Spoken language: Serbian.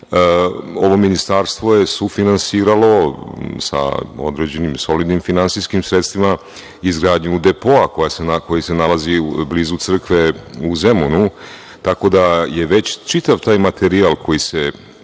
SPC.Ovo miinistarstvo je sufinansiralo sa određenim finansijskim sredstvima, izgradnju depoa koji se nalazi blizu crkve u Zemunu, tako da je već čitav taj materijal koji se, ta